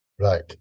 Right